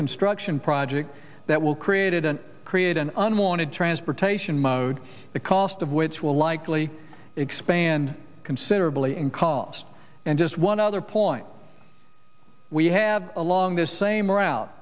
construction project that will created and create an unwanted transportation mode the cost of which will likely expand considerably in cost and just one other point we have along this same route